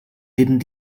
didn’t